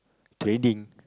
training